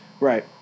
Right